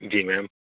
ਜੀ ਮੈਮ